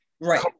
Right